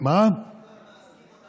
למה בצו רוצים,